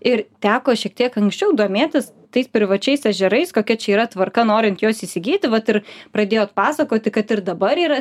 ir teko šiek tiek anksčiau domėtis tais privačiais ežerais kokia čia yra tvarka norint juos įsigyti vat ir pradėjot pasakoti kad ir dabar yra